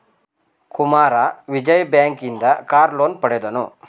Kumara Vijaya bank ಇಂದ car loan ಪಡೆದನು